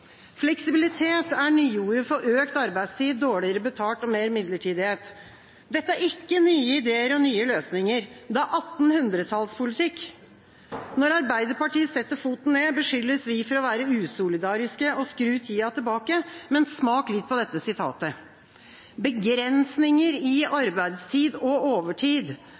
Fleksibilitet er nyordet for økt arbeidstid, dårligere betalt og mer midlertidighet. Dette er ikke nye ideer og nye løsninger. Dette er 1800-tallspolitikk. Når Arbeiderpartiet setter foten ned, beskyldes vi for å være usolidariske og for å skru tida tilbake. Men smak litt på dette sitatet om at begrensninger i arbeidstid og overtid